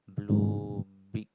blue big